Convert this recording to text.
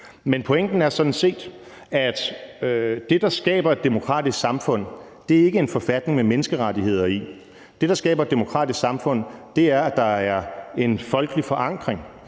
Men pointen er sådan set, at det, der skaber et demokratisk samfund, ikke er en forfatning med menneskerettigheder i. Det, der skaber et demokratisk samfund, er, at der er en folkelig forankring,